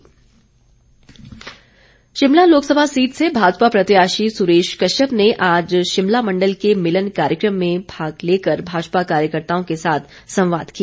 Suresh Kashyap Shimla Lok Sabha seat से भाजपा प्रत्याशी सुरेश कश्यप ने आज शिमला मण्डल के मिलन कार्यक्रम में भाग लेकर भाजपा कार्यकर्ताओं के साथ संवाद किया